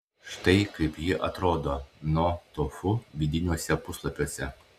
štai kaip ji atrodo no tofu vidiniuose puslapiuose